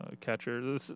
catcher